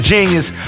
Genius